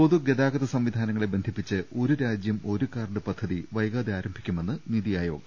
പൊതുഗതാഗത സംവിധാനങ്ങളെ ബന്ധിപ്പിച്ച് ഒരു രാജ്യം ഒരു കാർഡ് പദ്ധതി വൈകാതെ ആരംഭിക്കുമെന്ന് നിതി ആയോഗ്